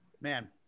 Man